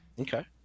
Okay